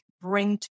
bring